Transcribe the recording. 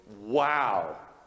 Wow